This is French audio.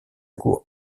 cour